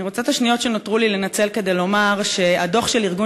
אני רוצה את השניות שנותרו לי לנצל כדי לומר שהדוח של ארגון